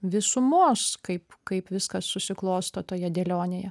visumos kaip kaip viskas susiklosto toje dėlionėje